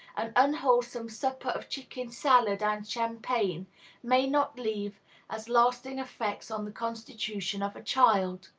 an unwholesome supper of chicken salad and champagne may not leave as lasting effects on the constitution of a child?